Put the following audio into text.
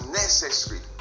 necessary